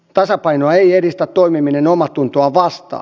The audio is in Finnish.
tasapainoa ei edistä toimiminen omaatuntoaan vastaan